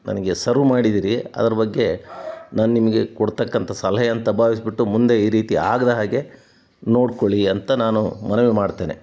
ನನಗೆ ಸರ್ವ್ ಮಾಡಿದ್ದೀರಿ ಅದ್ರ ಬಗ್ಗೆ ನಾನು ನಿಮಗೆ ಕೊಡ್ತಕ್ಕಂಥ ಸಲಹೆ ಅಂತ ಭಾವಿಸಿಬಿಟ್ಟು ಮುಂದೆ ಈ ರೀತಿ ಆಗದ ಹಾಗೆ ನೋಡ್ಕೊಳ್ಳಿ ಅಂತ ನಾನು ಮನವಿ ಮಾಡ್ತೇನೆ